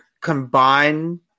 combine